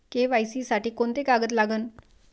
KYC साठी कोंते कागद लागन?